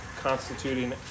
constituting